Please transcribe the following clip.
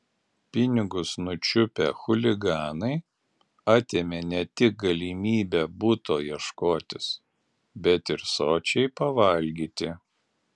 pinigus nučiupę chuliganai atėmė ne tik galimybę buto ieškotis bet ir sočiai pavalgyti